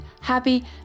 happy